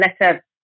letter